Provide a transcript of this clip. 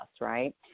right